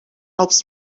helps